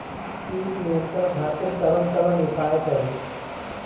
कीट नियंत्रण खातिर कवन कवन उपाय करी?